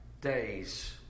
days